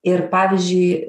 ir pavyzdžiui